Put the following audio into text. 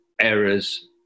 errors